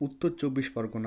Uttar Chabbish Pargana